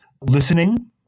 listening